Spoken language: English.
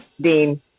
Dean